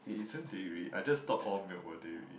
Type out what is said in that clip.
it isn't dairy I just thought all milk were dairy